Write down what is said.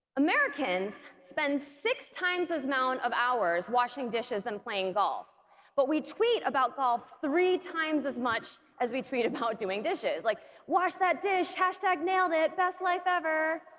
americans spend six times the amount of hours washing dishes than playing golf but we tweet about golf three times as much as we tweet about doing dishes like washed that dish! hashtag nailed it. best life ever!